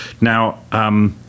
Now